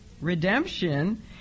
redemption